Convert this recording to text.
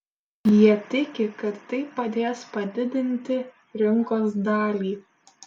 jie tiki kad tai padės padidinti rinkos dalį